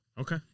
Okay